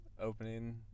opening